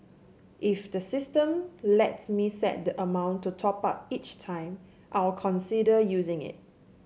if the system lets me set the amount to top up each time I'll consider using it